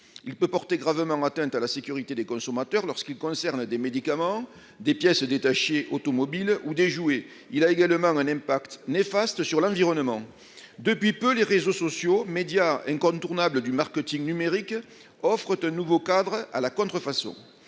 Il peut porter gravement atteinte à la sécurité des consommateurs, lorsqu'il concerne des médicaments, des pièces détachées automobiles ou des jouets. Il a également un impact néfaste sur l'environnement. Depuis peu, les réseaux sociaux, médias incontournables du marketing numérique, offrent un nouveau cadre à la contrefaçon.